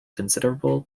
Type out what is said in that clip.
considerable